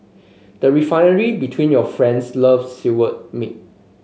the Refinery between your friends love skewered meat